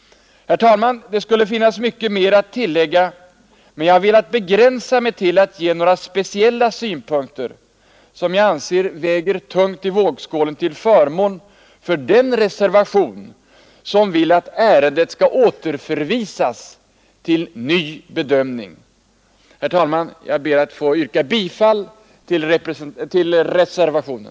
Herr talman! Det skulle finnas mycket mer att tillägga, men jag har velat begänsa mig till att anföra några speciella synpunkter som jag anser väger tungt i vågskålen till förmån för reservationen, där det hemställs att ärendet skall återförvisas till ny bedömning. Herr talman! Jag ber att få yrka bifall till reservationen.